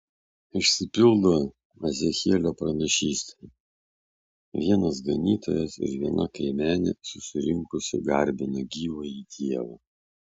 išsipildo ezechielio pranašystė vienas ganytojas ir viena kaimenė susirinkusi garbina gyvąjį dievą